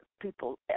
people